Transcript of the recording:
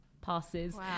passes